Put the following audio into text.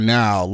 now